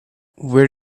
where